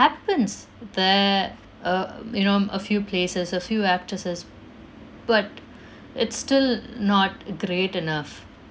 happens there um you know a few places a few actresses but it's still not great enough